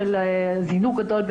זינוק גדול,